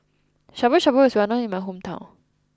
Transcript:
Shabu Shabu is well known in my hometown